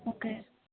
okay